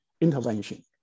intervention